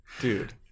Dude